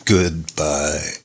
Goodbye